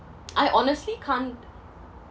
I honestly can't